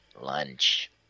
Lunch